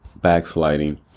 backsliding